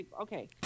Okay